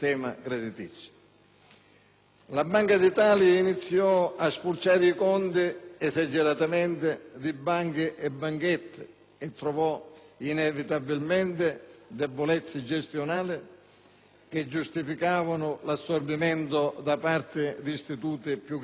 La Banca d'Italia iniziò a spulciare esageratamente i conti di banche e banchette e trovò, inevitabilmente, debolezze gestionali che giustificavano l'assorbimento da parte di istituti più grandi e moderni